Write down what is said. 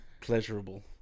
Pleasurable